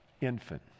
infant